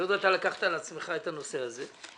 היות שלקחת על עצמך את הנושא הזה,